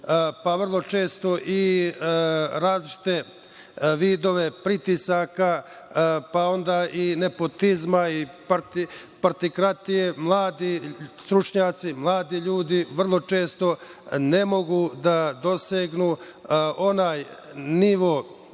pa vrlo često različite vidove pritisaka, pa onda i nepotizma i partokratije, mladi stručnjaci, mladi ljudi vrlo često ne mogu da dosegnu onaj nivo